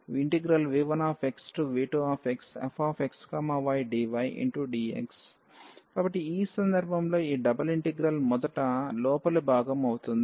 ∬DfxydAabv1v2fxydydx కాబట్టి ఈ సందర్భంలో ఈ డబుల్ ఇంటిగ్రల్ మొదట లోపలి భాగం అవుతుంది